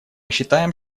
считаем